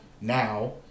now